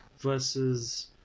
versus